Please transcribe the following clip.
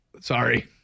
Sorry